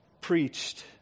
preached